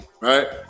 Right